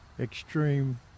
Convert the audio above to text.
extreme